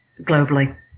globally